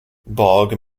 bog